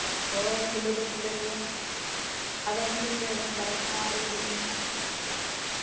ᱦᱳᱭ ᱠᱷᱩᱞᱟᱹᱣ ᱫᱚ ᱠᱷᱩᱞᱟᱹᱣ ᱜᱮᱭᱟ ᱟᱫᱚ ᱚᱱᱮ ᱞᱤᱧ ᱞᱟᱹᱭᱟᱜ ᱵᱮᱱᱟ ᱵᱟᱨᱚᱴᱟ ᱢᱟᱲᱟᱝ ᱨᱮ ᱦᱤᱡᱩᱜ ᱵᱤᱱ ᱦᱟᱸᱜ